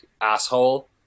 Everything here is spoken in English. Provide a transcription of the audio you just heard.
asshole